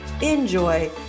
enjoy